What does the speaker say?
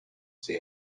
say